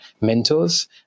mentors